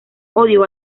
odio